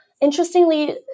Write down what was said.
interestingly